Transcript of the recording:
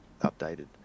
updated